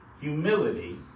Humility